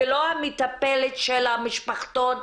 ולא המטפלת של המשפחתון,